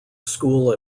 school